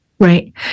Right